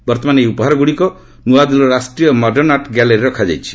ବର୍ତ୍ତମାନ ଏହି ଉପହାରଗୁଡ଼ିକ ନୂଆଦିଲ୍ଲୀର ରାଷ୍ଟ୍ରୀୟ ମଡର୍ଷଆର୍ଟ୍ ଗ୍ୟାଲେରିରେ ରଖାଯାଇଛି